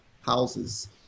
houses